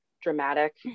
dramatic